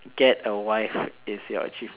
get a wife is your achievement